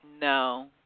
No